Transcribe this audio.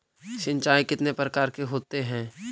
सिंचाई कितने प्रकार के होते हैं?